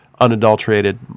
unadulterated